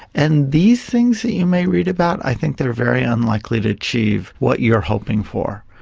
and these things that you may read about i think they are very unlikely to achieve what you are hoping for.